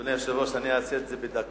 אדוני היושב-ראש, אני אעשה את זה בדקה.